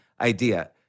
idea